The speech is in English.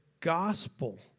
gospel